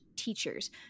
Teachers